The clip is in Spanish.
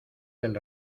del